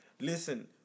Listen